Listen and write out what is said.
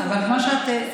וזה לא נעשה.